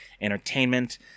entertainment